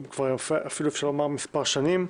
אפשר לומר שאפילו מקודמת כמה שנים.